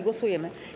Głosujemy.